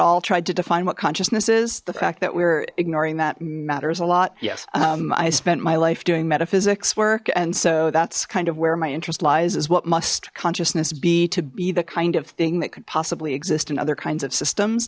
all tried to define what consciousness is the fact that we're ignoring that matters a lot yes i spent my life doing metaphysics work and so that's kind of where my interest lies is what must consciousness be to be the kind of thing that could possibly exist in other kinds of systems